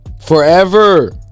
forever